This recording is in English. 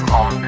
on